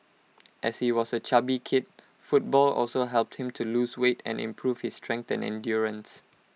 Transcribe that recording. as he was A chubby kid football also helped him to lose weight and improve his strength and endurance